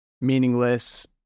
meaningless